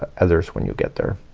others when you get there.